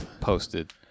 posted